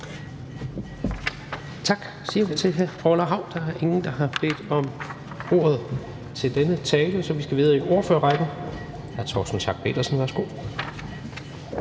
Vi siger tak til hr. Orla Hav. Der er ingen, der har bedt om ordet til denne tale. Så vi skal videre i ordførerrækken. Hr. Torsten Schack Pedersen, værsgo.